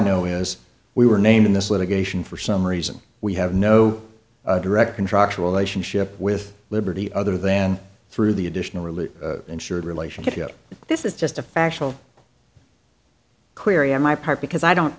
know is we were named in this litigation for some reason we have no direct contractual ation ship with liberty other than through the additional relief insured relationship yet this is just a factual query on my part because i don't